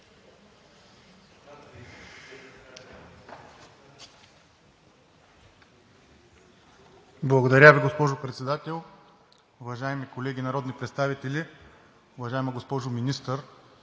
Благодаря Ви, госпожо Председател. Уважаеми колеги народни представители! Уважаема госпожо Министър,